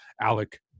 Alec